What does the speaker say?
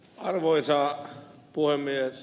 arvoisa puhemies